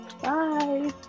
Bye